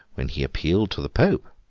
when he appealed to the pope,